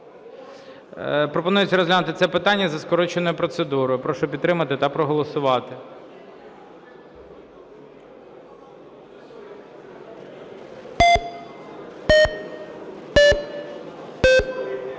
Пропонується розглянути це питання за скороченою процедурою. Прошу підтримати та проголосувати.